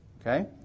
Okay